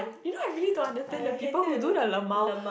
you know I don't really understand the people who do the lmao